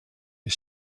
der